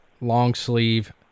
long-sleeve